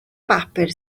bapur